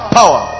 power